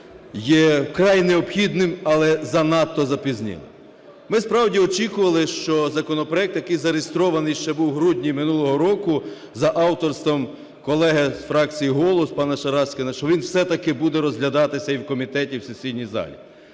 є вкрай необхідним але занадто запізнілим. Ми справді очікували, що законопроект, який зареєстрований ще у грудні минулого року за авторством колеги з фракції "Голос" пана Шараськіна, що він все-таки буде розглядатися і в комітеті, і в сесійній залі.